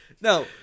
no